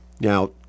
Now